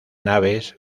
naves